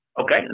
Okay